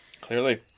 Clearly